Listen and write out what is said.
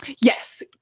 yes